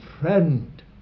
friend